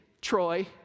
Troy